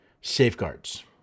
safeguards